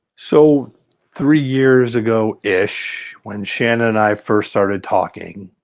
so three years ago ish when shannon and i first started talking,